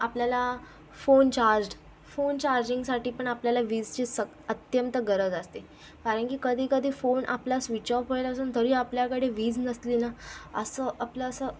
आपल्याला phone charged phone चार्जिंगसाठीपण आपल्याला वीजची सक अत्यंत गरज असते कारण की कधीकधी फोन आपला स्विच ऑफ व्हायला असून तरी आपल्याकडे वीज नसली ना असं आपलं असं